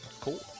cool